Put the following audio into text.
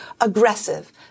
aggressive